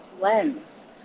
lens